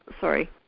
Sorry